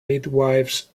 midwifes